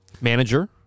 Manager